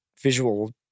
visual